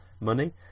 money